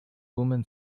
woman